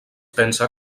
pensa